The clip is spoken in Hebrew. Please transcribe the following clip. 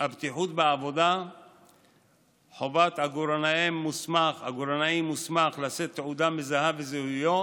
הבטיחות בעבודה (חובת עגורנאי מוסמך לשאת תעודה מזהה וזיהויו),